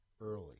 early